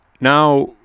Now